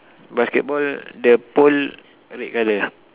basketball the pole red colour